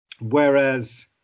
Whereas